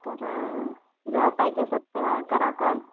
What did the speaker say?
तर जेव्हा पाहिजे असेल तेव्हा करा कॉल